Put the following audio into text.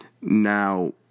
Now